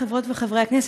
חברות וחברי הכנסת,